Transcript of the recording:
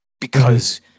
because-